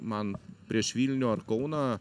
man prieš vilnių ar kauną